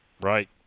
right